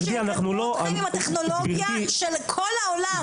תלכו עם הטכנולוגיה של כל העולם.